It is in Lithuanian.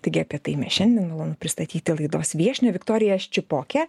taigi apie tai mes šiandien malonu pristatyti laidos viešnią viktoriją ščipokę